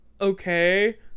Okay